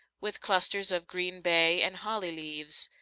with clusters of green bay and holly leaves.